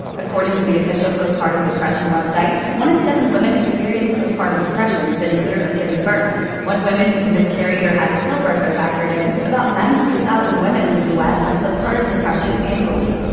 according to the official postpartum depression website, one in seven women experience postpartum depression within a year of giving birth. when women who've miscarried or had a stillbirth are factored in, about nine hundred thousand women in the u s. have postpartum depression annually.